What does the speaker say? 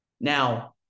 Now